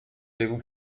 بگو